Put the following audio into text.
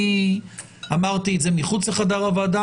אני אמרתי את זה מחוץ לחדר הוועדה,